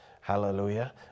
hallelujah